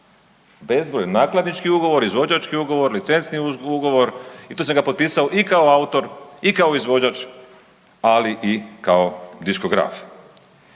Bezbroj nakladnički ugovor, izvođački ugovor, licenčni ugovor, i to sam potpisao i kao autor i kao izvođač, ali i kao diskograf.